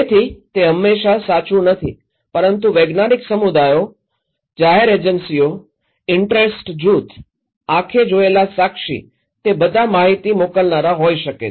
તેથી તે હંમેશા સાચું નથી પરંતુ વૈજ્ઞાનિક સમુદાયો જાહેર એજન્સીઓ ઇન્ટરેસ્ટ જૂથ આંખે જોયેલા સાક્ષી તે બધા માહિતી મોકલનારા હોઈ શકે છે